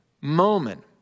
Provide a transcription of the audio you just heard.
moment